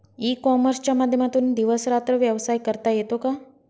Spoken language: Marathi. ई कॉमर्सच्या माध्यमातून दिवस रात्र व्यवसाय करता येतो का?